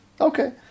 Okay